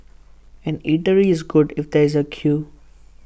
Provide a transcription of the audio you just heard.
an eatery is good if there is A queue